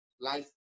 life